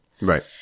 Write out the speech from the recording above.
right